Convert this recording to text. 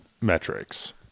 metrics